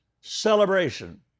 celebration